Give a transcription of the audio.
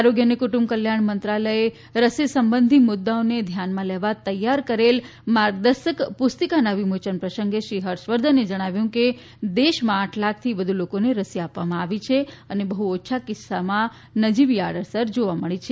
આરોગ્ય અને કુટુંબ કલ્યાણ મંત્રાલયે રસી સંબંધી મુદ્દાઓને ધ્યાનમાં લેવા તૈયાર કરેલ માર્ગદર્શક પુસ્તિકાના વિ મોચન પ્રસંગે શ્રી હર્ષવર્ધને જણાવ્યું કે દેશમાં આઠ લાખથી વધુ લોકોને રસી આપવામાં આવી છે અને બહ્ ઓછા કિસ્સાઓમાં નજીવી આડઅસર જોવા મળી છે